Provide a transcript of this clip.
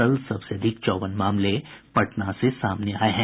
कल सबसे अधिक चौवन मामले पटना से सामने आये हैं